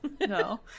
No